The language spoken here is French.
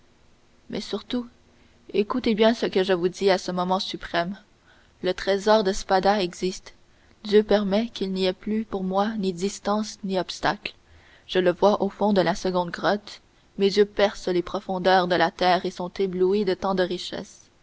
mais surtout écoutez bien ce que je vous dis à ce moment suprême le trésor des spada existe dieu permet qu'il n'y ait plus pour moi ni distance ni obstacle je le vois au fond de la seconde grotte mes yeux percent les profondeurs de la terre et sont éblouis de tant de richesses